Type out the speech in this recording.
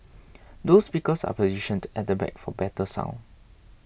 dual speakers are positioned at the back for better sound